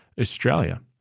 Australia